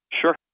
Sure